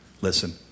listen